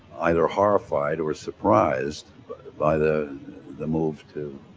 either horrified or surprised by the the move to